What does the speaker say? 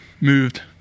moved